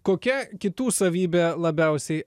kokia kitų savybė labiausiai